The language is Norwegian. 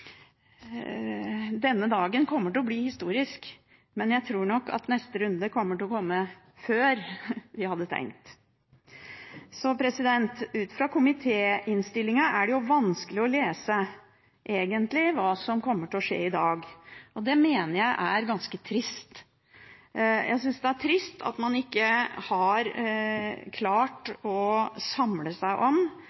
Denne dagen kommer til å bli historisk, men jeg tror nok at neste runde kommer til å komme før vi hadde tenkt. Ut fra komitéinnstillingen er det egentlig vanskelig å lese hva som kommer til å skje i dag, og det mener jeg er ganske trist. Jeg synes det er trist at man ikke har klart